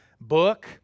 book